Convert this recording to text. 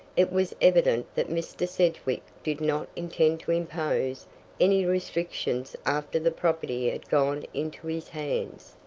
it was evident that mr. sedgwick did not intend to impose any restrictions after the property had gone into his hands.